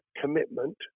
commitment